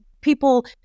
people